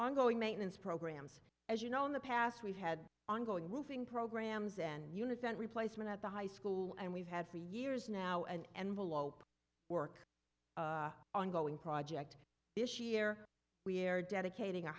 ongoing maintenance programs as you know in the past we've had ongoing roofing programs and units and replacement at the high school and we've had for years now an envelope work ongoing project this year we're dedicating a